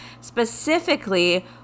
specifically